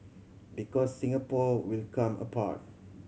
because Singapore will come apart